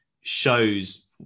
shows